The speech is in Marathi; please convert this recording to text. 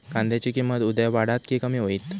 कांद्याची किंमत उद्या वाढात की कमी होईत?